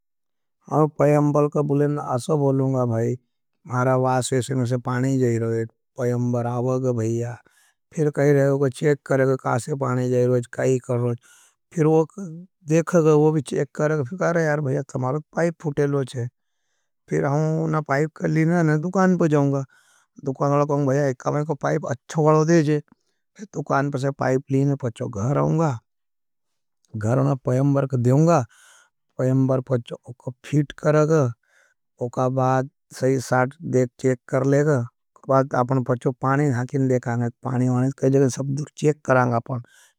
मैं पयंबर का बुलेन आशो बोलूंगा भाई, मारा वासेशिंग से पानी जाहिरोगे। पयंबर आवग भाईया, फिर कही रहो, कोई चेक करे, कासे पानी जाहिरोगे, काई करोगे। फिर वो देख गई, वो भी चेक करे, फिर कहा रहा यार भाईया, कमालत पाईप फुटेल पर हम इसने पाईप कई लीने ने दुखान पर ठवंगा। द्दुखानवल मोलकाहँ भाईया, मैंको पाईप अच्छो वळो देही जेऔ। तो तुकान पर से पाईप्लीन में पचो घहर आउंगा, घहर ना पएंबर के देऊंगा, पेंबर पचो उको फीट करगा। उका बाद सही साथ देख चेक करलेगा।